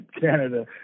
Canada